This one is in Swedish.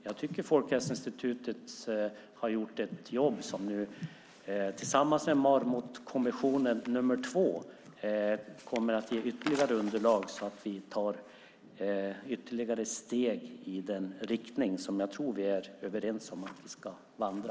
Jag tycker att Folkhälsoinstitutet har gjort ett jobb som tillsammans med Marmotkommissionen 2 kommer att ge ytterligare underlag så att vi tar ytterligare steg i den riktning som jag tror att vi är överens om att vi ska vandra.